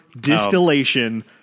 distillation